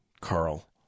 Carl